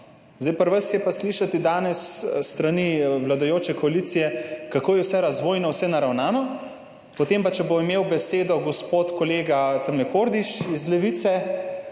je pa danes slišati s strani vladajoče koalicije, kako je vse razvojno, vse naravnano, potem pa, če bo imel besedo gospod kolega Kordiš iz Levice,